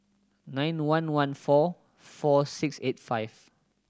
nine one one four four six eight five